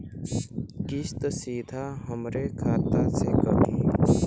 किस्त सीधा हमरे खाता से कटी?